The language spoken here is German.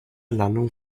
landung